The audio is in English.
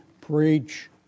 preach